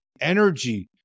energy